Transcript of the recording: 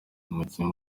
umukinnyi